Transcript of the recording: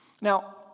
Now